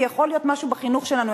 כי יכול להיות שמשהו בחינוך שלנו,